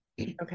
Okay